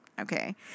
Okay